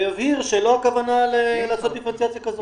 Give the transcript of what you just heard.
ויבהיר שלא הכוונה לעשות דיפרנציאציה כזאת.